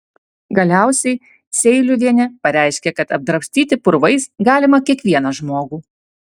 galiausiai seiliuvienė pareiškė kad apdrabstyti purvais galima kiekvieną žmogų